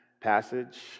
passage